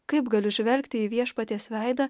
kaip galiu žvelgti į viešpaties veidą